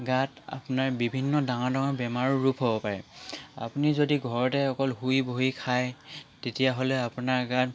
গাত আপোনাৰ বিভিন্ন ডাঙৰ ডাঙৰ বেমাৰৰ ৰূপ হ'ব পাৰে আপুনি যদি ঘৰতে অকল শুই বহি খায় তেতিয়াহ'লে আপোনাৰ গাত